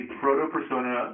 proto-persona